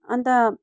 अन्त